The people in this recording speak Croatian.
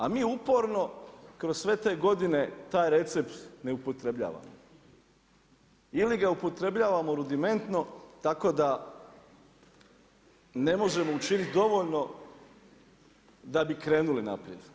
A mi uporno kroz sve te godine taj recept ne upotrebljavamo ili ga upotrebljavamo rudimentno tako da ne možemo učinit dovoljno da bi krenuli naprijed.